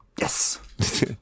Yes